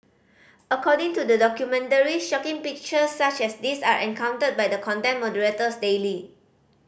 according to the documentary shocking pictures such as these are encountered by the content moderators daily